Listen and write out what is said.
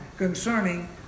concerning